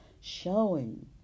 showing